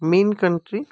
main country